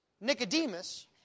Nicodemus